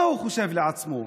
מה הוא חושב לעצמו?